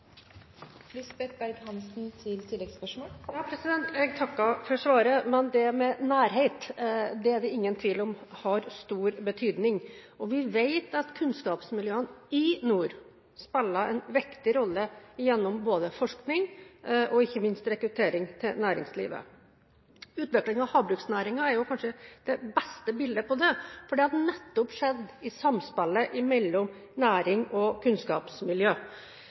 Jeg takker for svaret. Dette med nærhet er det ingen tvil om har stor betydning. Vi vet at kunnskapsmiljøene i nord spiller en viktig rolle – gjennom både forskning og, ikke minst, rekruttering til næringslivet. Utviklingen av havbruksnæringen er kanskje det beste bildet på det, fordi det har skjedd nettopp i samspillet mellom næring og kunnskapsmiljø.